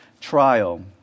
trial